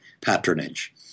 patronage